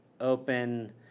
open